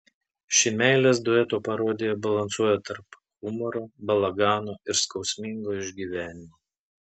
ši meilės dueto parodija balansuoja tarp humoro balagano ir skausmingo išgyvenimo